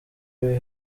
wiha